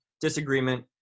disagreement